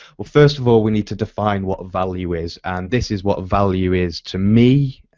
well first of all, we need to define what value is and this is what value is to me